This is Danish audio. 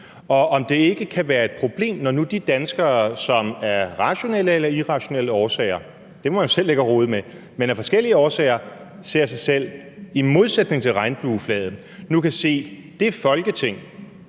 Og om det ikke kan være et problem, at de danskere, som af forskellige årsager – rationelle eller irrationelle årsager, det må man selv ligge og rode med – ser sig selv i modsætning til regnbueflaget, nu kan se det Folketing,